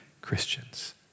Christians